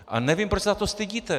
A nevím, proč se za to stydíte.